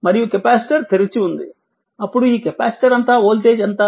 మరియు కెపాసిటర్ తెరిచి ఉంది అప్పుడు ఈ కెపాసిటర్ అంతటా వోల్టేజ్ ఎంత